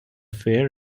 fair